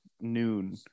noon